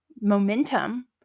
momentum